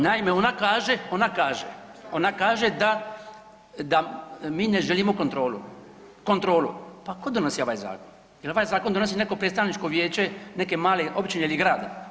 Naime, ona kaže, ona kaže, ona kaže da, da mi ne želimo kontrolu, kontrolu, pa tko donosi ovaj zakon, jel ovaj zakon donosi neko predstavničko vijeće neke male općine ili grada.